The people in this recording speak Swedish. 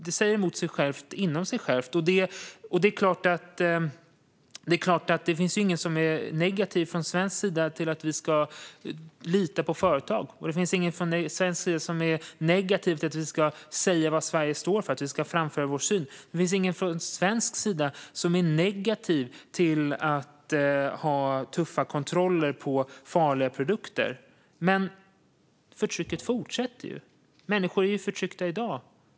Det säger emot sig självt inom sig självt. Det är klart att det från svensk sida inte finns någon som är negativ till att vi ska lita på företag. Det finns ingen från svensk sida som är negativ till att vi ska säga vad Sverige står för och att vi ska framföra vår syn. Det finns ingen från svensk sida som är negativ till att ha tuffa kontroller av farliga produkter. Men förtrycket fortsätter ju. Människor är förtryckta i dag.